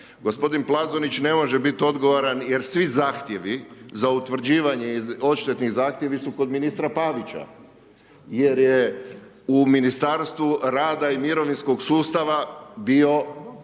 Gospodin Plazonić ne može biti odgovoran jer svi zahtjevi za utvrđivanje i odštetni zahtjevi su kod ministra Pavića jer je u Ministarstvu rada i mirovinskog sustava bio